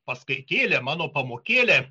paskaitėlė mano pamokėlė